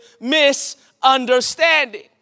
misunderstanding